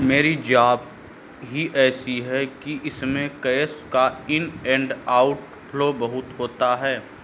मेरी जॉब ही ऐसी है कि इसमें कैश का इन एंड आउट फ्लो बहुत होता है